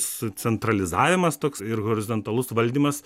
sucentralizavimas toks ir horizontalus valdymas